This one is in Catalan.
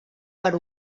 per